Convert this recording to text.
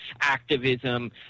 activism